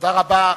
תודה רבה.